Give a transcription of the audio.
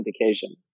authentication